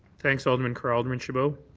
thanks, alderman carra. alderman chabot.